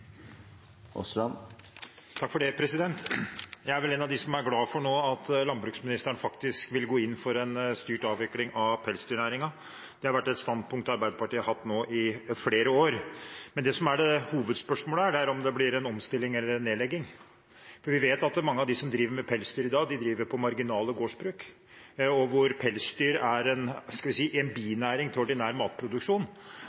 Jeg er vel en av dem som nå er glad for at landbruksministeren faktisk vil gå inn for en styrt avvikling av pelsdyrnæringen. Det er et standpunkt Arbeiderpartiet har hatt i flere år. Men det som er hovedspørsmålet her, er om det blir en omstilling eller en nedlegging. Vi vet at mange av dem som driver med pelsdyr i dag, driver på marginale gårdsbruk, hvor pelsdyr er, skal vi si, en binæring til ordinær matproduksjon. Hvis pelsdyrholdet forsvinner, vil det slik sett være en